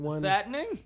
fattening